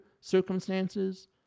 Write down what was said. circumstances